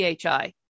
PHI